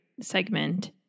segment